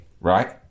right